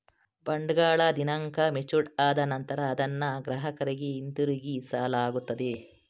ಬಾಂಡ್ಗಳ ದಿನಾಂಕ ಮೆಚೂರ್ಡ್ ಆದ ನಂತರ ಅದನ್ನ ಗ್ರಾಹಕರಿಗೆ ಹಿಂತಿರುಗಿಸಲಾಗುತ್ತದೆ